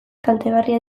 kaltegarria